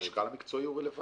לא, המשקל המקצועי הוא רלוונטי.